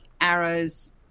arrows